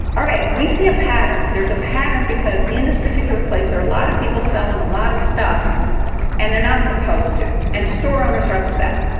all right. we see a pattern. there's a pattern because in this particular place, there are a lot of people selling a lot of stuff and they're not supposed to. and store owners are upset.